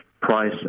price